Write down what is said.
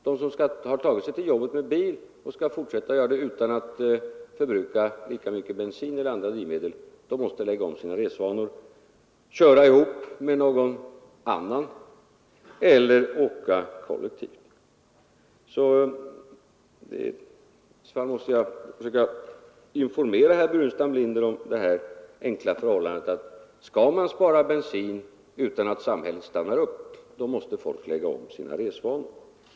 De som har tagit sig till jobbet med bil och skall fortsätta att åka dit utan att förbruka lika mycket bensin eller andra drivmedel, de måste lägga om sina resvanor — köra ihop med någon annan eller åka kollektivt. Jag måste försöka informera herr Burenstam Linder om det här enkla förhållandet att skall man spara bensin utan att samhället stannar upp, så måste folk lägga om sina resvanor.